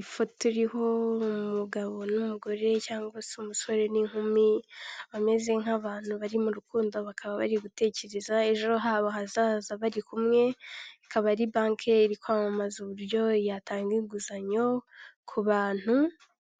Ifoto iriho umugabo n'umugore cyangwa se umusore n'inkumi bameze nk'abantu bari mu rukundo bakaba bari gutekereza ejo habo hazaza bari kumwe, ikaba ari banke kwamamaza uburyo yatanga inguzanyo ku bantu